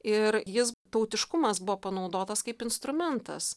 ir jis tautiškumas buvo panaudotas kaip instrumentas